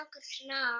Krishna